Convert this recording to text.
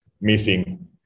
missing